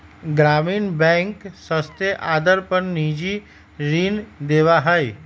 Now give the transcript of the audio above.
ग्रामीण बैंक सस्ते आदर पर निजी ऋण देवा हई